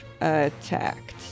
attacked